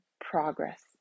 progress